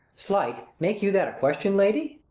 slight, make you that a question, lady?